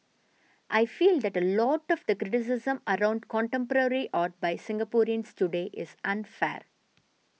I feel that a lot of the criticism around contemporary art by Singaporeans today is unfair